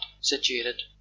situated